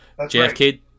JFK